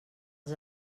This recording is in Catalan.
els